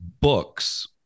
books